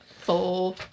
four